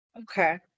Okay